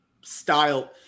style